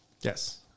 Yes